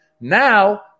Now